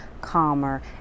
calmer